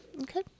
Okay